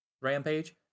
rampage